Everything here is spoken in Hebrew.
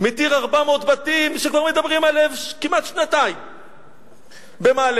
מתיר 400 בתים שכבר מדברים עליהם כמעט שנתיים במעלה-אדומים,